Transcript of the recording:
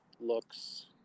looks